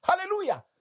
Hallelujah